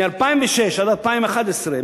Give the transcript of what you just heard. מ-2006 עד 2011,